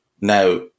Now